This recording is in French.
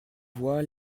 voix